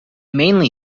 mainly